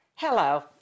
Hello